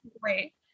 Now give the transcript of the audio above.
great